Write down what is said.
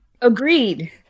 agreed